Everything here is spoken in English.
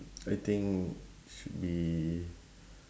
I think should be